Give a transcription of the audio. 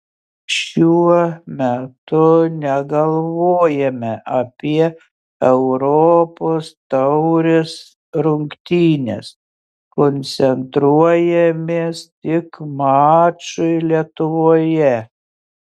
šiuo metu negalvojame apie europos taurės rungtynes koncentruojamės tik mačui lietuvoje